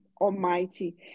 Almighty